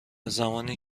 زمانی